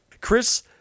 Chris